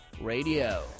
Radio